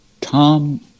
Tom